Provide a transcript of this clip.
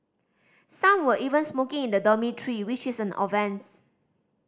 some were even smoking in the dormitory which is an offence